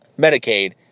Medicaid